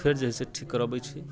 फेर जे हइ से ठीक करबै छी